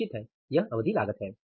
निश्चित है यह अवधि लागत है